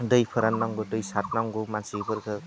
दै फोराननांगौ दै सारनांगौ मानसिफोरखौ